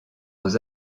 aux